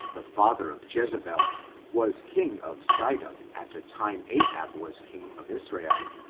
the father of jezebel, was king of sidon at the time ahab was king of israel,